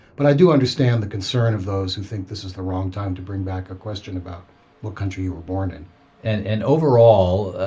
but i do understand the concern of those who think this is the wrong time to bring back a question about what country you were born in and and overall,